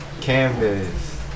canvas